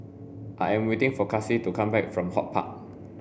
I am waiting for Kaci to come back from HortPark